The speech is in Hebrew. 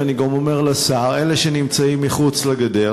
ואני גם אומר לשר: אלה שנמצאים מחוץ לגדר,